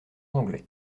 anglais